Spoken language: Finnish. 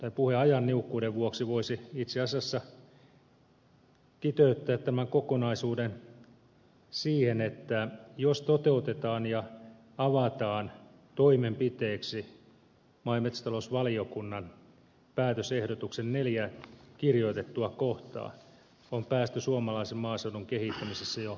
tämän puheajan niukkuuden vuoksi voisi itse asiassa kiteyttää tämän kokonaisuuden siihen että jos toteutetaan ja avataan toimenpiteiksi maa ja metsätalousvaliokunnan päätösehdotuksen neljä kirjoitettua kohtaa on päästy suomalaisen maaseudun kehittämisessä jo todella pitkälle